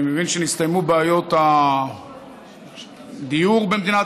אני מבין שנסתיימו בעיות הדיור במדינת